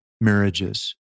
marriages